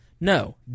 No